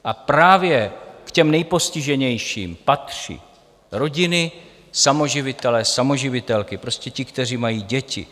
A právě k těm nejpostiženějším patří rodiny samoživitelé, samoživitelky, prostě ti, kteří mají děti.